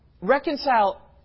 Reconcile